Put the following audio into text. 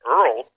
Earl